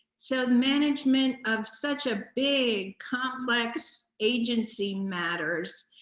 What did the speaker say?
so, management of such a big complex agency matters.